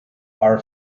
our